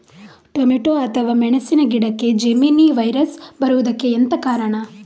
Tomato ಅಥವಾ ಮೆಣಸಿನ ಗಿಡಕ್ಕೆ ಜೆಮಿನಿ ವೈರಸ್ ಬರುವುದಕ್ಕೆ ಎಂತ ಕಾರಣ?